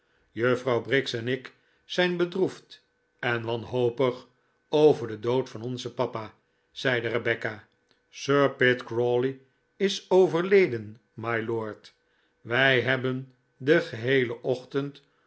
juffrouw briggs en ik zijn bedroefd en wanhopig over den dood van onzen papa zeide rebecca sir pitt crawley is overleden mylord wij hebben den geheelen ochtend